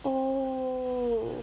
oh